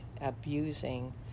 abusing